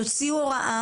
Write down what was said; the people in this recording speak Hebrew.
תוציאו הוראה,